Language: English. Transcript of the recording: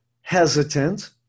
hesitant